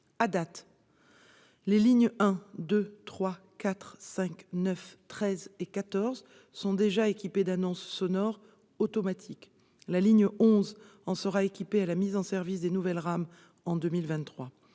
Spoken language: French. ce jour, les lignes 1, 2, 3, 4, 5, 9, 13 et 14 sont déjà équipées d'annonces sonores automatiques. La ligne 11 en sera équipée à la mise en service des nouvelles rames en 2023.